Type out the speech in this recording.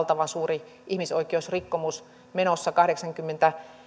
tällainen valtavan suuri ihmisoikeusrikkomus menossa kahdeksankymmentä